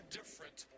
different